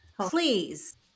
Please